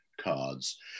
cards